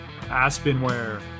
Aspenware